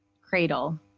cradle